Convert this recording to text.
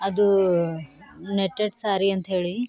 ಅದು ನೆಟ್ಟೆಡ್ ಸ್ಯಾರಿ ಅಂತ್ಹೇಳಿ